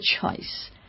choice